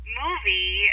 movie